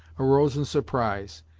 arose in surprise,